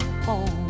home